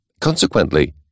Consequently